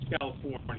California